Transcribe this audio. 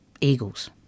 eagles